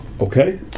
Okay